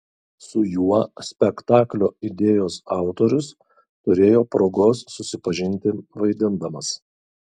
su juo spektaklio idėjos autorius turėjo progos susipažinti vaidindamas